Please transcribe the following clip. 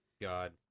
God